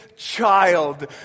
child